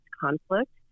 conflict